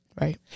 right